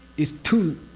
is two